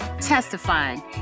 testifying